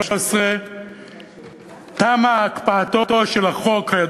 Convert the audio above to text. בינואר 2013 תמה הקפאתו של החוק של רן כהן,